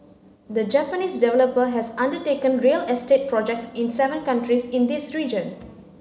the Japanese developer has undertaken real estate projects in seven countries in this region